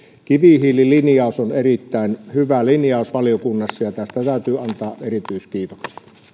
kivihiililinjaus on erittäin hyvä linjaus valiokunnassa ja tästä täytyy antaa erityiskiitoksia